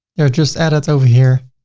there are just added over here.